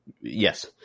yes